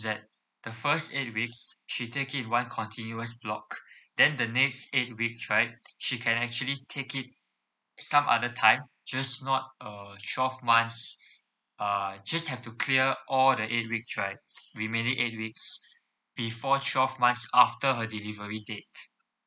that the first eight weeks she take it one continuous block then the next eight weeks right she can actually take it some other time just not uh twelve months uh just have to clear all that eight weeks right remaining eight weeks before twelve months after her delivery date